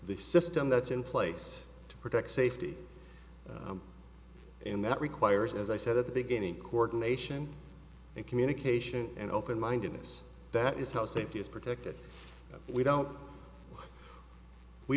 the system that's in place to protect safety and that requires as i said at the beginning coordination and communication and open mindedness that is how safety is protected we don't we